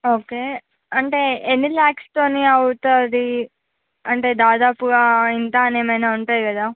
ఒకే అంటే ఎన్ని ల్యాక్స్ తోని అవుతుంది అంటే దాదాపుగా ఇంతా అని ఏమైనా ఉంటుంది కదా